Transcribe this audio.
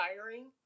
tiring